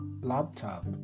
laptop